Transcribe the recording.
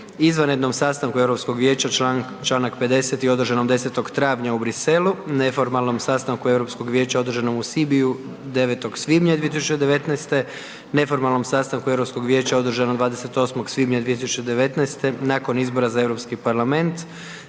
izvanrednom sastanku Europskog vijeća članak 50. održanom 10. travnja u Bruxelles, neformalnom sastanku Europskog vijeća održanom Sibiu 9. svibnja 2019., neformalnom sastanku Europskog vijeća održanom 28. svibnja 2019. nakon izbora za Europski parlament